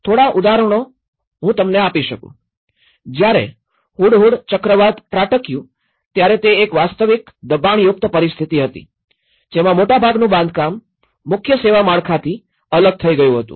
થોડા ઉદાહરણો હું તમને આપી શકું જયારે હુડહુડ ચક્રવાત ત્રાટક્યું ત્યારે તે એક વાસ્તવિક દબાણયુક્ત પરિસ્થિતિ હતી જેમાં મોટાભાગનું બાંધકામ મુખ્ય સેવા માળખાથી અલગ થઇ ગયું હતું